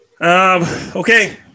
Okay